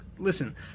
Listen